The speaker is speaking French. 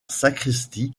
sacristie